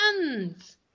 hands